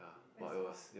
there's more